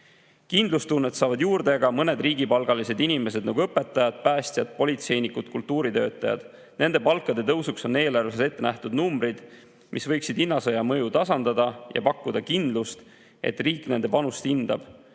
Kindlustunnet saavad juurde ka mõned riigipalgalised inimesed, nagu õpetajad, päästjad, politseinikud, kultuuritöötajad. Nende palkade tõusuks on eelarves ette nähtud numbrid, mis võiksid hinnasõja mõju tasandada ja pakkuda kindlust, et riik nende panust hindab.